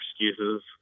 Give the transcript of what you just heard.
excuses